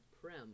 Prem